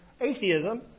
atheism